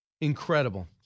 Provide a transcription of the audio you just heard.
Incredible